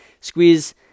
squeeze